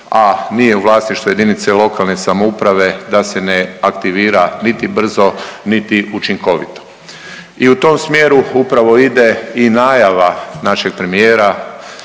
a nije u vlasništvu lokalne samouprave da se ne aktivira niti brzo, niti učinkovito. I u tom smjeru upravo ide i najava našeg premijera